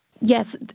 Yes